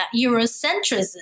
Eurocentrism